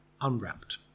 unwrapped